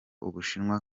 ubushinwa